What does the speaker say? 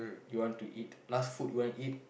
you want to eat last food you want eat